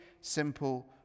simple